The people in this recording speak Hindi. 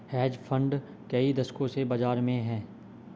हेज फंड कई दशकों से बाज़ार में हैं